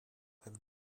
have